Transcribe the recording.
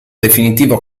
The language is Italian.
definitivo